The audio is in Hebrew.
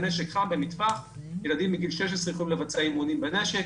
בנשק חם במטווח ילדים מגיל 16 יכולים לבצע אימונים בנשק.